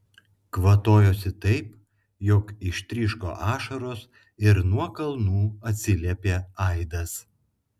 kvatojosi taip jog ištryško ašaros ir nuo kalnų atsiliepė aidas